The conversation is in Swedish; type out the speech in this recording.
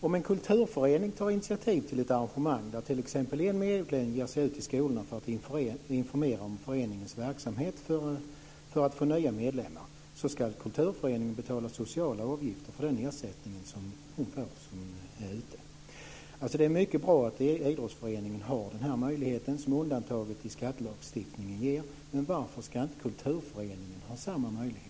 Om en kulturförening tar initiativ till ett arrangemang där t.ex. en medlem ger sig ut i skolorna för att informera om föreningens verksamhet för att få nya medlemmar så ska kulturföreningen betala sociala avgifter för den ersättning som den person som är ute får. Det är mycket bra att idrottsföreningen har denna möjlighet som undantaget i skattelagstiftningen ger, men varför ska inte kulturföreningen ha samma möjlighet?